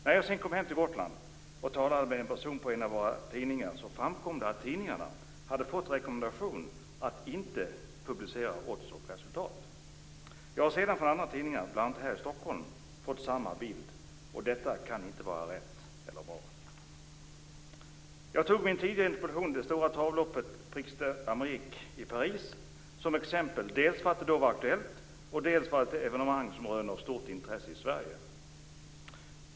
När jag sedan kom hem till Gotland och talade med en person på en av tidningarna där framkom det att de hade fått rekommendationen att inte publicera odds och resultat. Jag har senare från andra tidningar, bl.a. här i Stockholm, fått samma besked. Detta kan inte vara rätt eller bra. Jag tog i min tidigare interpellation upp det stora travloppet Prix d'Amerique i Paris som exempel dels för att det då var aktuellt, dels för att det är ett evenemang som röner stort intresse i Sverige.